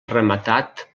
rematat